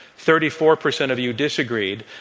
thirty four percent of you disagreed,